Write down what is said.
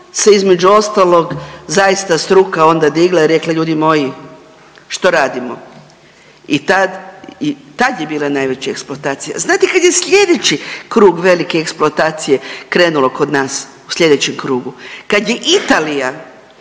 se između ostalog zaista struka onda digla i rekla ljudi moji što radimo i tad je bila najveća eksploatacija. Znate kad je sljedeći krug velike eksploatacije krenulo kod nas u sljedećem krugu? Kad je Italija